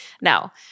Now